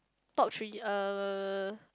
top three uh